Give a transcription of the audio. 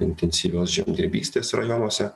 intensyvios žemdirbystės rajonuose